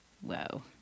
Whoa